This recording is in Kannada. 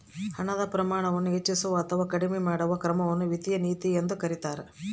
ಹಣದ ಪ್ರಮಾಣವನ್ನು ಹೆಚ್ಚಿಸುವ ಅಥವಾ ಕಡಿಮೆ ಮಾಡುವ ಕ್ರಮವನ್ನು ವಿತ್ತೀಯ ನೀತಿ ಎಂದು ಕರೀತಾರ